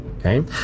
Okay